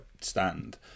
stand